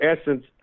essence